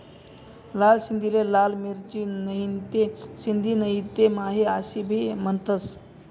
लाल सिंधीले लाल मिरची, नहीते सिंधी नहीते माही आशे भी म्हनतंस